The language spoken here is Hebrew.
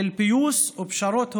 של פיוס ופשרות הוגנות,